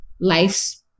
life's